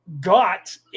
got